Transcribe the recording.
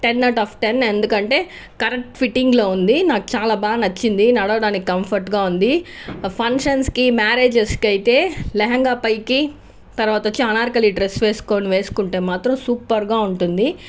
ten out of ten ఎందుకంటే correct ఫిట్టింగ్లో ఉంది నాకు చాలా బాగా నచ్చింది నడవటానికి కంఫర్ట్గా ఉంది ఫంక్షన్స్కి మ్యారేజ్స్కి అయితే లెహంగా పైకి తర్వాత వచ్చి అనార్కలి డ్రెస్ వేసుకోని వేసుకుంటే మాత్రం సూపర్గా ఉంటుంది